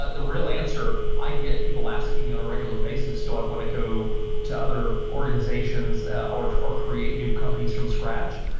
ah the real answer i get people asking me on a regular basis, do i want to go to other organizations or or create new companies from scratch?